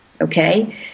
okay